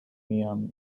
miami